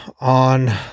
on